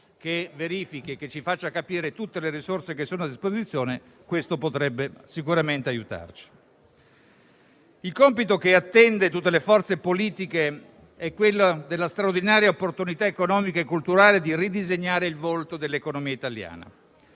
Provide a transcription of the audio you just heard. che verifichi le cifre e faccia capire tutte le risorse che sono a disposizione potrebbe sicuramente aiutarci. Il compito che attende tutte le forze politiche è quello della straordinaria opportunità economica e culturale di ridisegnare il volto dell'economia italiana,